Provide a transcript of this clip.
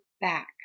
back